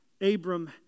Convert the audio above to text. Abram